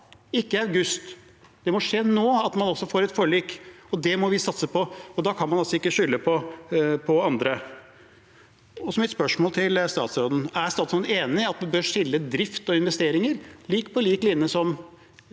ikke i august. Det må skje nå, at man får et forlik, og det må vi satse på. Da kan man ikke skylde på andre. Så mitt spørsmål til statsråden er: Er statsråden enig i at man bør skille drift og investeringer, på lik linje med